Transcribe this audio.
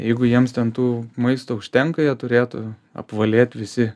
jeigu jiems ten tų maisto užtenka jie turėtų apvalėt visi